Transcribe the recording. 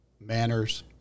manners